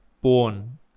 born